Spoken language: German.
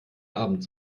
abend